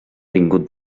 vingut